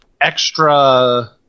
extra